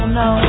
no